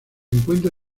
encuentra